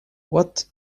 what